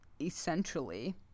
essentially